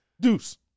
Deuce